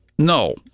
No